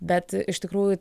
bet iš tikrųjų